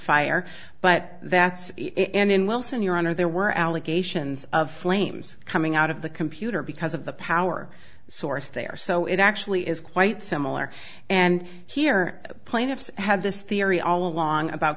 fire but that's it and in wilson your honor there were allegations of flames coming out of the computer because of the power source there so it actually is quite similar and here plaintiffs have this theory all along about